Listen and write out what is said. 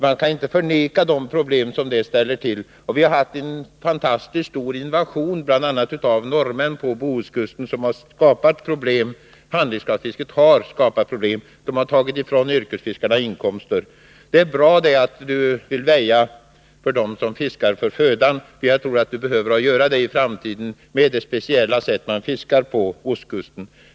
Man kan inte förneka de problem som det ställer till. Vi har haft en fantastiskt stor invasion, bl.a. av norrmän, på Bohuskusten, vilket har skapat problem. Handredskapsfisket har skapat problem. Det har tagit yrkesfiskarnas inkomster. Det är bra att Åke Wictorsson vill väja för dem som fiskar för födan, för jag tror att vi behöver göra det i framtiden med anledning av det speciella sätt på vilket man fiskar på ostkusten.